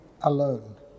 alone